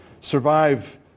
survive